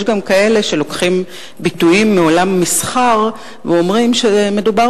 יש גם כאלה שלוקחים ביטויים מעולם המסחר ואומרים שמדובר